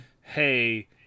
hey